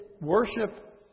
worship